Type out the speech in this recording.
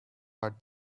had